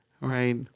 right